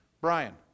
Brian